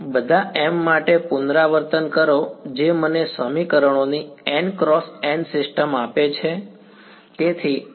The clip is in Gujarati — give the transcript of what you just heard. બધા m માટે પુનરાવર્તન કરો જે મને સમીકરણોની n ક્રોસ n સિસ્ટમ આપે છે